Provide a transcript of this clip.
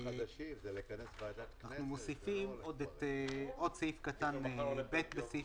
אנחנו מוסיפים עוד סעיף קטן (ב) לסעיף